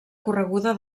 correguda